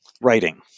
writing